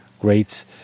great